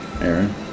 Aaron